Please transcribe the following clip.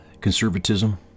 conservatism